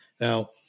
Now